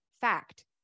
fact